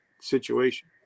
situation